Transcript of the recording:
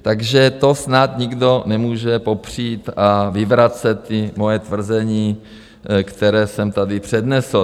Takže to snad nikdo nemůže popřít a vyvracet moje tvrzení, která jsem tady přednesl.